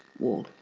wall.